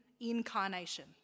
incarnation